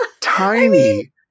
tiny